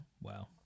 Wow